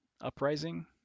uprising